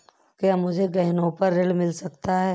क्या मुझे गहनों पर ऋण मिल सकता है?